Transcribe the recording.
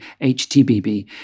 HTBB